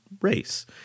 race